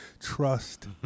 Trust